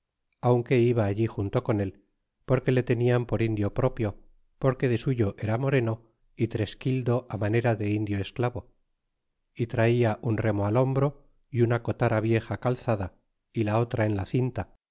aunque iba allí junto con él porque le tenian por indio propio porque de suyo era moreno y tresquildo manera de indio esclavo y traia un remo al hombro y una cotara vieja calzada y la otra en la cinta